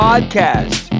podcast